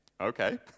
Okay